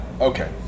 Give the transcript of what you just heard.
Okay